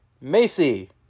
Macy